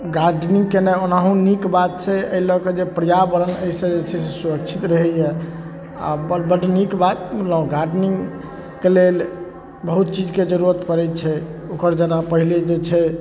gardening केनाए ओनाहिओ नीक बात छै एहि लऽ कऽ जे छै पर्यावरण एहिसँ जे छै से सुरक्षित रहैए आओर बड़ बड नीक बात गार्डेनिङ्गके लेल बहुत चीजके जरूरत पड़ै छै ओकर जेना पहिले जे छै